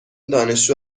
دانشجو